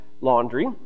laundry